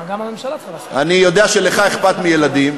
אני יודע שלך אכפת מילדים.